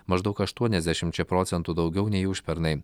maždaug aštuoniasdešimčia procentų daugiau nei užpernai